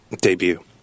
debut